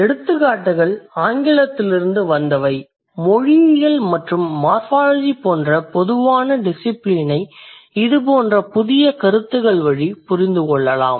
எடுத்துக்காட்டுகள் ஆங்கிலத்திலிருந்து வந்தவை மொழியியல் மற்றும் மார்ஃபாலஜி போன்ற பொதுவான டிசிபிலினை இது போன்ற புதிய கருத்துக்கள்வழி புரிந்து கொள்ளலாம்